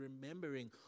remembering